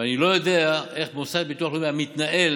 ואני לא יודע איך המוסד לביטוח הלאומי היה מתנהל